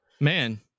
man